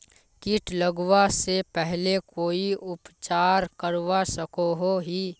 किट लगवा से पहले कोई उपचार करवा सकोहो ही?